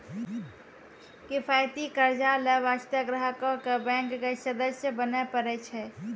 किफायती कर्जा लै बास्ते ग्राहको क बैंक के सदस्य बने परै छै